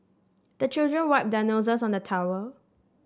the children wipe their noses on the towel